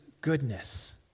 goodness